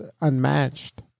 unmatched